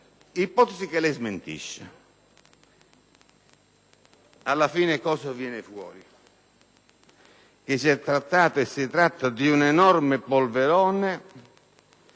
ipotesi che lei smentisce. Alla fine, che cosa viene fuori? Che si è trattato e si tratta di un enorme polverone